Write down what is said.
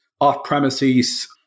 off-premises